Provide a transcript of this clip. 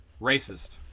Racist